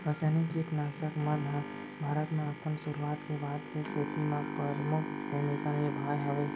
रासायनिक किट नाशक मन हा भारत मा अपन सुरुवात के बाद से खेती मा परमुख भूमिका निभाए हवे